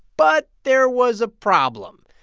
but there was a problem.